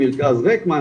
מרכז "רקמן",